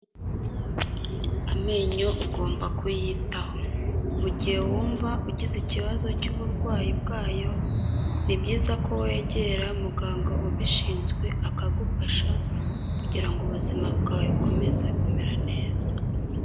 Amenyo ugomba kuyitaho mu gihe wumva ugize ikibazo cy'uburwayi bwayo, ni byiza ko wegera muganga ubishinzwe akagufasha kugira ngo ubuzima bwawe bukomeze kumera neza.